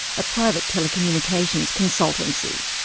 a private telecommunications consultancy.